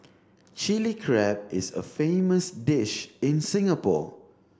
Chilli Crab is a famous dish in Singapore